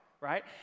right